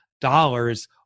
dollars